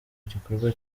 gikorwa